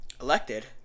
elected